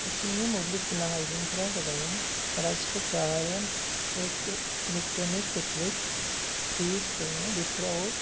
इसिंनि मोब्लिब गोनां आइजेंफोरा जादों rice cooker electric electronic kettle fridge दं बेफोराव